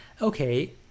okay